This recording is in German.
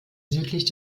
südlich